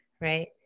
Right